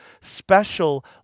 special